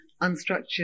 unstructured